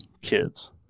kids